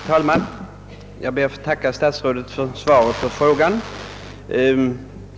Herr talman! Jag ber att få tacka statsrådet för svaret på frågan.